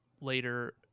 later